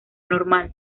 normal